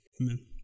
Amen